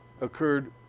occurred